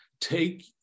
take